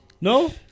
No